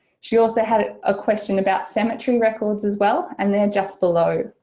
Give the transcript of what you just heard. she also had a ah question about cemetery records as well and they're just below,